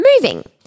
moving